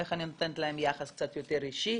איך אני נותנת להם יחס קצת יותר אישי.